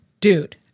dude